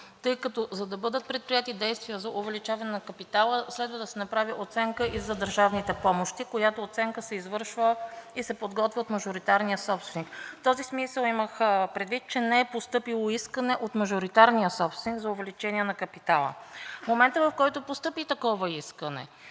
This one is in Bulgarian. За да бъдат предприети действия за увеличаване на капитала, следва да се направи оценка и за държавните помощи, която оценка се извършва и се подготвя от мажоритарния собственик. В този смисъл имах предвид, че не е постъпило искане от мажоритарния собственик за увеличение на капитала. В момента, в който постъпи такова искане